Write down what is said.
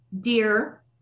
dear